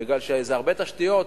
בגלל שזה הרבה תשתיות,